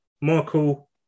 Michael